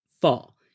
fall